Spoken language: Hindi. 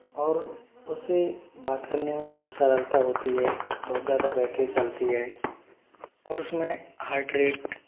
और उस से बात करने में बहुत सरलता होती है बहुत ज़्यादा बैटरी चलती है और उस में हार्ट रेट